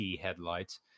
headlights